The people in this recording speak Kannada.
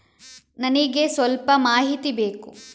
ನನಿಗೆ ಸ್ವಲ್ಪ ಮಾಹಿತಿ ಬೇಕು